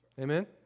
Amen